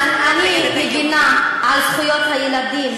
זכויות הילד,